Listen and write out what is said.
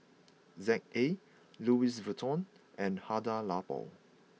Z A Louis Vuitton and Hada Labo